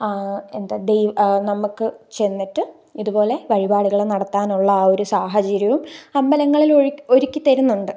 എന്താ ദൈ നമുക്ക് ചെന്നിട്ട് ഇതുപോലെ വഴിപാടുകള് നടത്താനുള്ള ആ ഒരു സാഹചര്യവും അമ്പലങ്ങളിലൊഴി ഒരുക്കിത്തരുന്നുണ്ട്